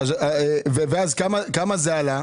כמה זה עלה?